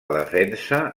defensa